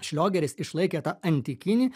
šliogeris išlaikė tą antikinį